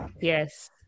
Yes